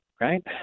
right